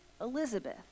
Elizabeth